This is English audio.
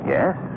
Yes